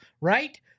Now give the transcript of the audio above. right